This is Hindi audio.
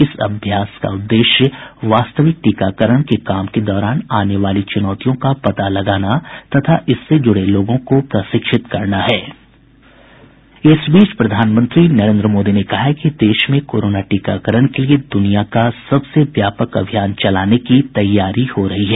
इस अभ्यास का उद्देश्य वास्तविक टीकाकरण के काम के दौरान आने वाली चुनौतियों का पता लगाना तथा इससे जुडे लोगों को प्रशिक्षित करना है इस बीच प्रधानमंत्री नरेन्द्र मोदी ने कहा है कि देश में कोरोना टीकाकरण के लिए दुनिया का सबसे व्यापक अभियान चलाने की तैयारी हो रही है